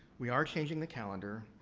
we are changing the calendar.